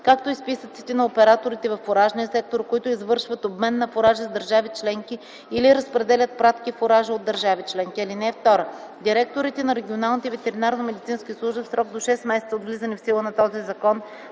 както и списъците на операторите във фуражния сектор, които извършват обмен на фуражи с държави-членки или разпределят пратки фуражи от държави-членки.